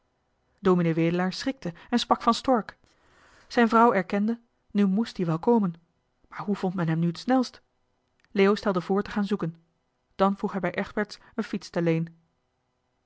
ds wedelaar schrikte en sprak van stork zijn vrouw erkende nu moest die wel komen maar hoe vond men hem nu het snelst leo stelde voor te gaan zoeken dan vroeg hij bij egberts een fiets